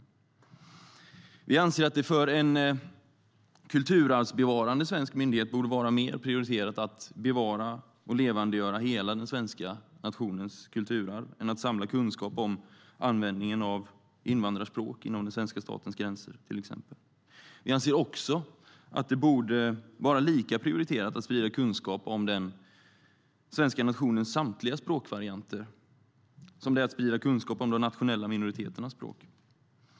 Vi anser att det för en kulturarvsbevarande svensk myndighet borde vara mer prioriterat att bevara och levandegöra hela den svenska nationens kulturarv än att samla kunskap om användningen av invandrarspråk inom den svenska statens gränser till exempel. Vi anser också att det borde vara lika prioriterat att sprida kunskap om den svenska nationens samtliga språkvarianter som det är att sprida kunskap om de nationella minoriteternas språk.